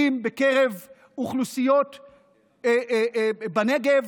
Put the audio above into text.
אם בקרב אוכלוסיות בנגב,